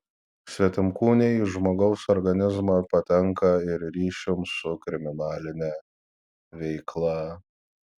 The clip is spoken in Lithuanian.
svetimkūniai į žmogaus organizmą patenka ir ryšium su kriminaline veikla